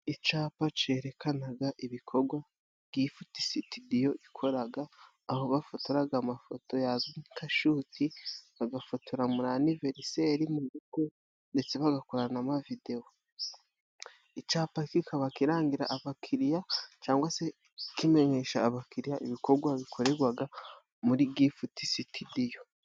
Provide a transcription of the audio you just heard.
Icapa cerekanaga ibikogwa Gifutisitudiyo ikoraga, aho bafotoraga amafoto yazwi nka shuti, bagafotora muri aniveriseri mu rugo, ndetse bagakora n'amavidewo. Icapasi kikaba kirangira abakiriya cangwa se kimenyesha abakiriya, ibikogwa bikoregwaga muri Gifutisitudiyo.